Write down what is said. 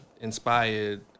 inspired